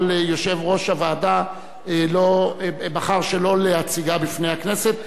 אבל יושב-ראש הוועדה בחר שלא להציגה בפני הכנסת.